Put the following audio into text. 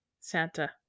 Santa